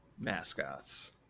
mascots